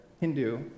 Hindu